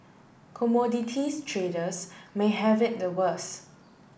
commodities traders may have it the worst